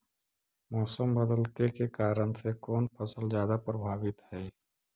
मोसम बदलते के कारन से कोन फसल ज्यादा प्रभाबीत हय?